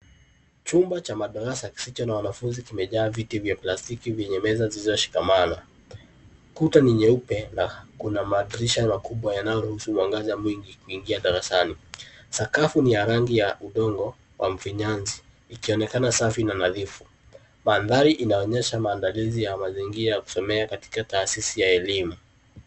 Chumba cha madarasa kisicho na wanafunzi kimejaa viti vya plastiki vyenye meza zilizoshikamana. Kuta ni nyeupe na kuna madirisha makubwa yanayoruhusu mwangaza mwingi kuingia darasani. Sakafu ni ya rangi ya udongo wa mfinyanzi ikionekana safi na nadhifu. Mandhari inaonyesha maandalizi ya mazingira ya kusomea katika taasisi ya elimu.